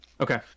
okay